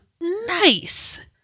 nice